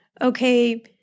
okay